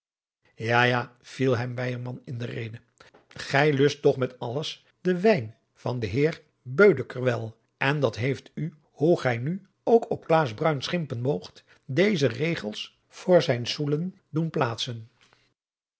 ja ja viel hem weyerman in de rede gij lust toch met dat alles den wijn van den heer beudeker wel en dat heeft u hoe gij nu ook op klaas bruin schimpen moogt deze regels voor zijn soelen doen plaatsen